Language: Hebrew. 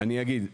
אני אגיד,